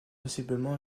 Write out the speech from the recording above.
sensiblement